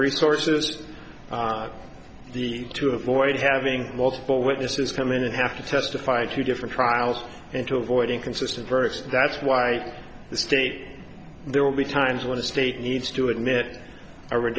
resources is not the to avoid having multiple witnesses come in and have to testify to different trials and to avoid inconsistent births that's why the state there will be times when the state needs to admit a re